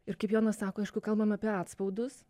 ir kaip jonas sako aišku kalbam apie atspaudus